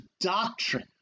doctrine